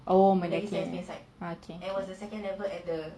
oh ah okay